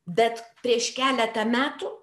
bet prieš keletą metų